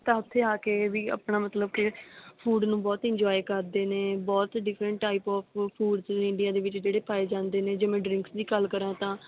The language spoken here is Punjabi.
ਤਾਂ ਉੱਥੇ ਆ ਕੇ ਵੀ ਆਪਣਾ ਮਤਲਬ ਕਿ ਫੂਡ ਨੂੰ ਬਹੁਤ ਇੰਜੋਏ ਕਰਦੇ ਨੇ ਬਹੁਤ ਡਿਫਰੈਂਟ ਟਾਈਪ ਆਫ ਫੂਡਜ ਨੇ ਇੰਡੀਆ ਦੇ ਵਿੱਚ ਜਿਹੜੇ ਪਾਏ ਜਾਂਦੇ ਨੇ ਜਿਵੇਂ ਡਰਿੰਕਸ ਦੀ ਗੱਲ ਕਰਾਂ ਤਾਂ